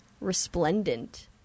resplendent